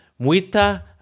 muita